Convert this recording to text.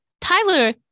Tyler